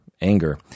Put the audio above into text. anger